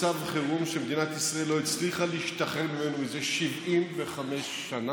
מצב חירום שמדינת ישראל לא הצליחה להשתחרר ממנו זה 75 שנה,